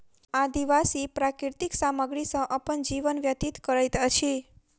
आदिवासी प्राकृतिक सामग्री सॅ अपन जीवन व्यतीत करैत अछि